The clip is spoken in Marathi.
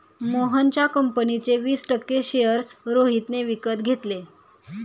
मोहनच्या कंपनीचे वीस टक्के शेअर्स रोहितने विकत घेतले